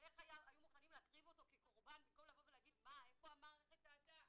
ואיך היו מוכנים להקריב אותו כקורבן במקום להגיד איפה המערכת טעתה,